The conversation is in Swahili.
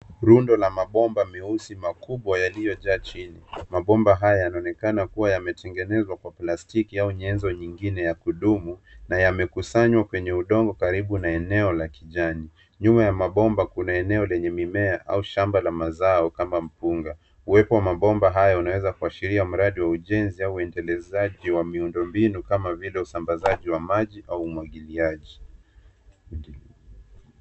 Rundo la mabomba meusi makubwa yaliyojaa chini. Mabomba hayo yanaonekana kuwa yametengenezwa kwa plastiki au nyenzo nyingine ya kudumu, na yamekusanywa kwenye udongo karibu na eneo la kijani. Nyuma ya mabomba kuna eneo lenye mimea au shamba la mazao kama mpunga. Uwepo wa mabomba hayo unaweza kuashiria mradi wa ujenzi au uendelezaji wa miundombinu kama vile usambasaji wa maji au umwagiliaji.